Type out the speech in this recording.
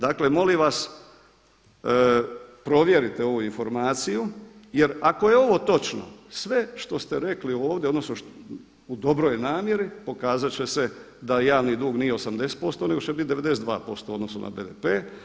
Dakle molim vas provjerite ovu informaciju jer ako je ovo točno, sve što ste rekli ovdje u dobroj namjeri, pokazat će se da javni dug nije 80% nego će biti 92% u odnosu na BDP.